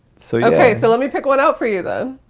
so yeah so let me pick one out for you then